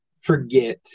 forget